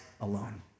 alone